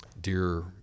dear